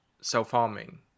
self-harming